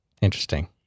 Interesting